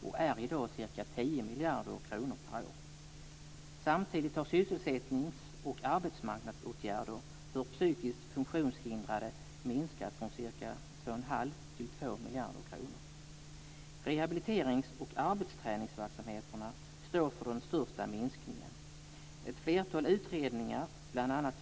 De är i dag ca 10 miljarder kronor per år. Samtidigt har sysselsättnings och arbetsmarknadsåtgärder för psykiskt funktionshindrade minskat från ca 2 1⁄2 till 2 Rehabiliterings och arbetsträningsverksamheterna står för den största minskningen. Ett flertal utredningar, bl.a.